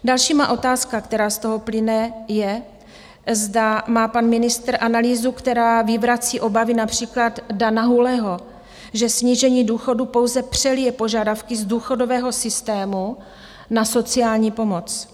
Další má otázka, která z toho plyne, je, zda má pan ministr analýzu, která vyvrací obavy například Dana Hůleho, že snížení důchodu pouze přelije požadavky z důchodového systému na sociální pomoc.